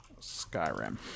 Skyrim